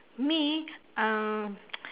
me um